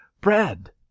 Bread